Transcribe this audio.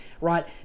right